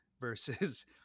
versus